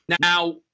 now